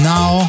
Now